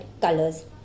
colors